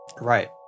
Right